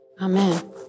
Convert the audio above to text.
Amen